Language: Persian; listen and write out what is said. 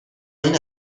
این